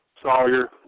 Sawyer